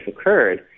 occurred